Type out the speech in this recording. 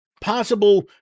possible